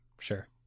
Sure